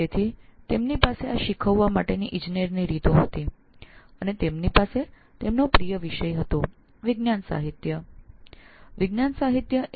તેઓની પાસે આ શીખવવા માટેની ઇજનેરની રીતો હતી તેમજ તેમનો પ્રિય વિષય વિજ્ઞાન સાહિત્ય હતો